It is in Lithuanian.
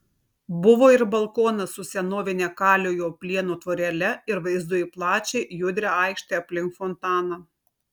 buvo ir balkonas su senovine kaliojo plieno tvorele ir vaizdu į plačią judrią aikštę aplink fontaną